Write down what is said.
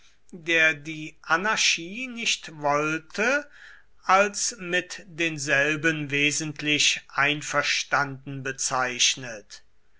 der die anarchie nicht wollte als mit denselben wesentlich einverstanden bezeichnet